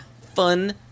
fun